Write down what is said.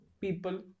people